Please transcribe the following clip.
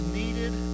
needed